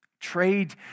Trade